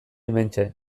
hementxe